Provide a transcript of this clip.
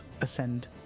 ascend